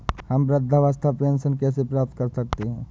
हम वृद्धावस्था पेंशन कैसे प्राप्त कर सकते हैं?